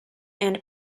and